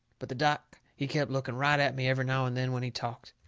but the doc, he kep' looking right at me every now and then when he talked,